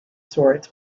swords